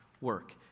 work